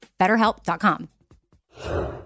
BetterHelp.com